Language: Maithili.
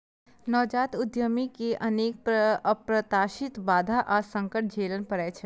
नवजात उद्यमी कें अनेक अप्रत्याशित बाधा आ संकट झेलय पड़ै छै